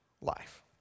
life